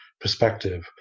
perspective